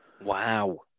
Wow